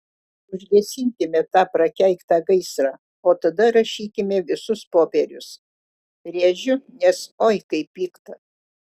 užgesinkime tą prakeiktą gaisrą o tada rašykime visus popierius rėžiu nes oi kaip pikta